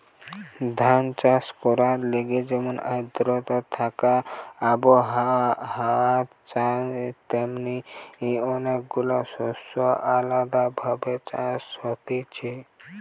ধান চাষ করবার লিগে যেমন আদ্রতা থাকা আবহাওয়া চাই তেমনি অনেক গুলা শস্যের আলদা ভাবে চাষ হতিছে